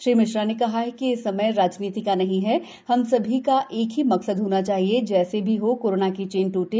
श्री मिश्रा ने कहा है कि यह समय राजनीति का नहीं है और हम सभी का एक ही मकसद होना चाहिए कि जैसे भी हो कोरोना की चेन टूटे